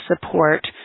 support